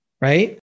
right